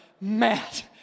matt